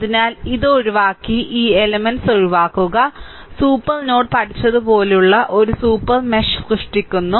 അതിനാൽ ഇത് ഒഴിവാക്കി ഈ എലെമെന്റ് ഒഴിവാക്കുക സൂപ്പർ നോഡ് പഠിച്ചതുപോലുള്ള ഒരു സൂപ്പർ മെഷ് സൃഷ്ടിക്കുന്നു